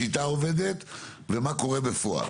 שוב, איך השיטה עובדת ומה קורה בפועל?